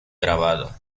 grabado